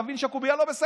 אתה תבין שהקובייה לא בסדר.